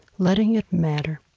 letting it matter.